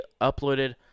uploaded